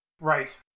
Right